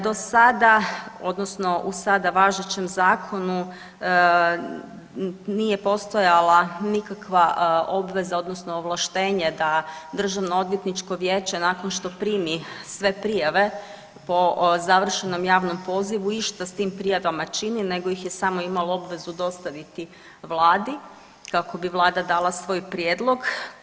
Do sada odnosno u sada važećem zakonu nije postojala nikakva obveza odnosno ovlaštenje da DOV nakon što primi sve prijave po završenom javnom pozivu išta s tim prijavama čini nego ih je samo imalo obvezu dostaviti vladi kako bi vlada dala svoj prijedlog.